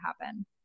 happen